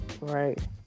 Right